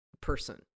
person